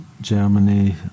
Germany